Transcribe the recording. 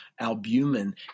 albumin